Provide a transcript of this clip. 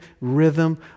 rhythm